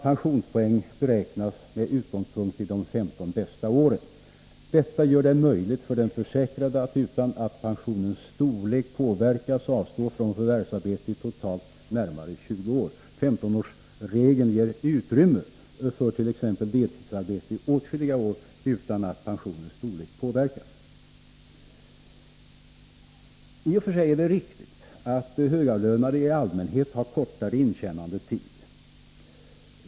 Pensionspoäng beräknas med utgångspunkt i de bästa 15 åren. Detta gör det möjligt för den försäkrade att, utan att pensionens storlek påverkas, avstå från förvärvsarbete i totalt närmare 20 år. 15-årsregeln ger alltså utrymme för t.ex. deltidsarbete i åtskilliga år utan att pensionens storlek påverkas. I och för sig är det riktigt att högavlönade i allmänhet har kortare intjänandetid.